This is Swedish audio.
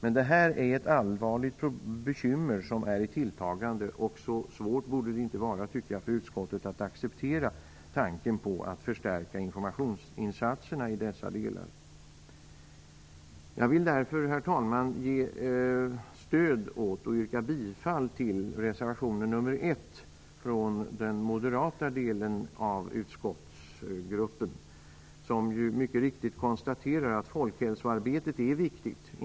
Tinnitus är ett allvarligt bekymmer som är i tilltagande. Det borde inte vara så svårt för utskottet att acceptera tanken på att förstärka informationsinsatserna i dessa delar. Herr talman! Jag vill därför ge stöd åt och yrka bifall till reservation nr 1 av den moderata delen av utskottsgruppen. De konstaterar mycket riktigt att folkhälsoarbetet är viktigt.